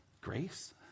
grace